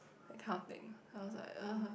that kind of thing I was like